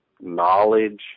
knowledge